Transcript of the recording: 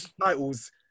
titles